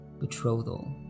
betrothal